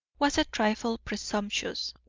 was a trifle presumptuous,